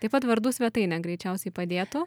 taip pat vardų svetainė greičiausiai padėtų